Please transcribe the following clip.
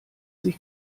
sich